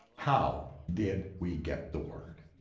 how did we get the word?